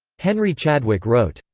henry chadwick wrote,